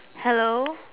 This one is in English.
hello